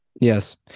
Yes